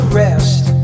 rest